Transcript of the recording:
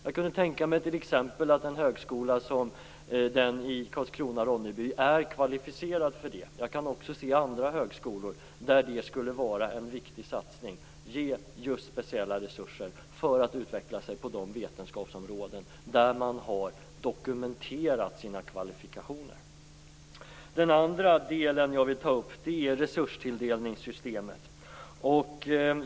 Jag kunde t.ex. tänka mig att en högskola som den i Karlskrona/Ronneby är kvalificerad för det. Jag kan också se andra högskolor där det skulle vara en viktig satsning att ge just speciella resurser för att man skall kunna utveckla sig på de vetenskapsområden där man har dokumenterat sina kvalifikationer. Den andra delen jag vill ta upp är resurstilldelningssystemet.